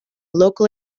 local